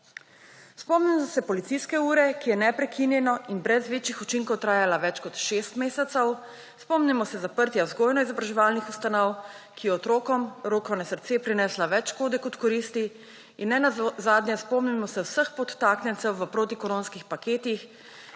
Spomnimo se policijske ure, ki je neprekinjeno in brez večjih učinkov trajala več kot 6 mesecev, spomnimo se zaprtja vzgojno-izobraževalnih ustanov, ki je otrokom, roko na srce, prinesla več škode kot koristi, in nenazadnje spomnimo se vseh potaknjencev v protikoronskih paketih,